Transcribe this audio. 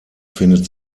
findet